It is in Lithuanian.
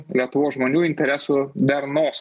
lietuvos žmonių interesų darnos